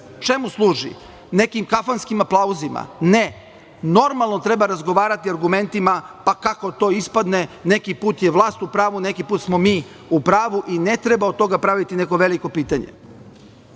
čemu služi? Nekim kafanskim aplauzima? Ne, normalno treba razgovarati, argumentima, pa kako to ispadne. Neki put je vlast u pravu, neki put smo mi u pravu i ne treba od toga praviti neko veliko pitanje. Ovo